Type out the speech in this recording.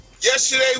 Yesterday